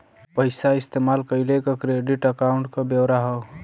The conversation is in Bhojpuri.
पइसा इस्तेमाल कइले क क्रेडिट अकाउंट क ब्योरा हौ